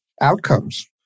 outcomes